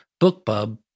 BookBub